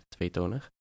Tweetonig